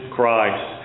Christ